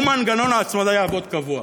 ומנגנון ההצמדה יעבוד קבוע.